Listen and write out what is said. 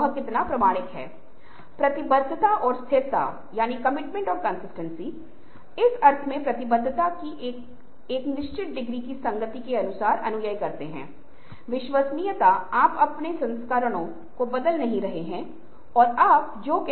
भावनात्मक बुद्धिमत्ता को समझते हुए आप उसे एक रोल मॉडल के रूप में लेते हैं आप उसके लिए अपने व्यवहार को मॉडल करें या अपने आप में बदलाव लाएं